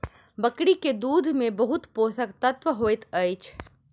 बकरी के दूध में बहुत पोषक तत्व होइत अछि